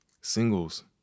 Singles